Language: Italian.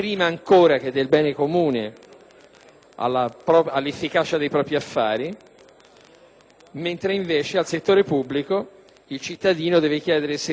all'efficacia dei propri affari, mentre al settore pubblico il cittadino deve chiedere servizi